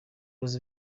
was